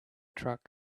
truck